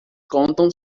contam